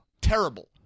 Terrible